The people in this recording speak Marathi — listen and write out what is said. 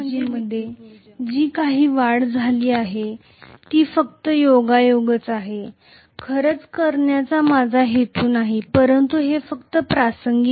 आणि फील्ड एनर्जीमध्ये जी काही वाढ झाली आहे ती फक्त योगायोगाची आहे खरंच करण्याचा माझा हेतू नाही परंतु ते फक्त प्रासंगिक आहे